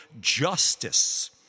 justice